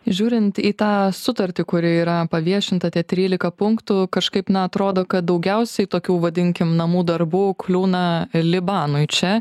žiūrint į tą sutartį kuri yra paviešinta tie trylika punktų kažkaip na atrodo kad daugiausiai tokių vadinkim namų darbų kliūna libanui čia